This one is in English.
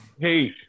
Hey